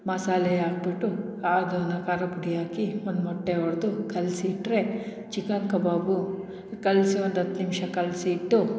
ಮಸಾಲೆ ಹಾಕ್ಬಿಟ್ಟು ಆದನ್ನು ಖಾರ ಪುಡಿ ಹಾಕಿ ಒಂದು ಮೊಟ್ಟೆ ಒಡೆದು ಕಲ್ಸಿ ಇಟ್ಟರೆ ಚಿಕನ್ ಕಬಾಬು ಕಲಸಿ ಒಂದು ಹತ್ತು ನಿಮಿಷ ಕಲಸಿ ಇಟ್ಟು